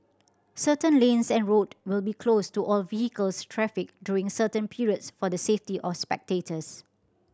certain lanes and road will be closed to all vehicles traffic during certain periods for the safety of spectators